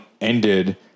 ended